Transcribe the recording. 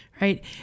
right